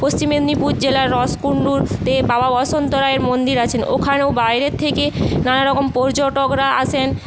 পশ্চিম মেদিনীপুর জেলার রসকুণ্ডুতে বাবা বসন্ত রায়ের মন্দির আছে ওখানেও বাইরের থেকে নানারকম পর্যটকরা আসেন